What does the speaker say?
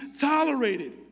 tolerated